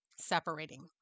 separating